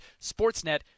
sportsnet